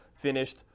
finished